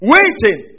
Waiting